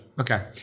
Okay